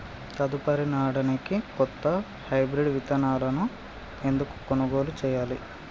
తదుపరి నాడనికి కొత్త హైబ్రిడ్ విత్తనాలను ఎందుకు కొనుగోలు చెయ్యాలి?